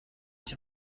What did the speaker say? die